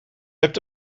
hebt